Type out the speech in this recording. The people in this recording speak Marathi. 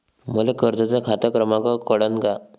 मले कर्जाचा खात क्रमांक कळन का?